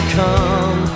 come